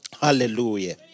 Hallelujah